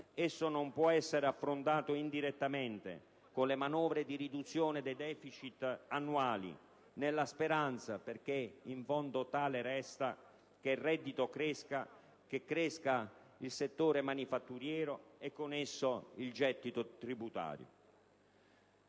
esso non può essere affrontato indirettamente con le manovre di riduzione dei *deficit* annuali, nella speranza - perché in fondo tale resta - che il reddito cresca, che cresca il settore manifatturiero e con esso il gettito tributario.